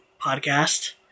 Podcast